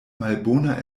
malbona